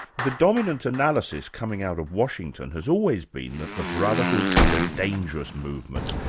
the dominant analysis coming out of washington has always been that the brotherhood is a dangerous movement,